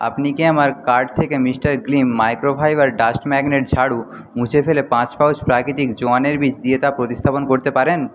আপনি কি আমার কার্ট থেকে mister Glim microfibre dust magnet ঝাড়ু মুছে ফেলে পাঁচ পাউচ প্রাকৃতিক জোয়ানের বিজ দিয়ে তা প্রতিস্থাপন করতে পারেন